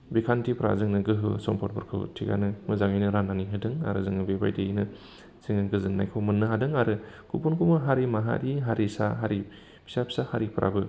बिखान्थिफ्रा जोंनो गोहो आरो सम्पदफोरखौ थिकआनो मोजाङैनो राननानै होदों आरो जोंनो बेबायदियैनो जोङो गोजोननायखौ मोननो हादों आरो गुबुन गुबुन हारि माहारि हारिसा हारि फिसा फिसा हारिफोराबो